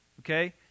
Okay